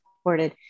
supported